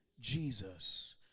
Jesus